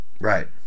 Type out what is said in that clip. Right